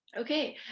Okay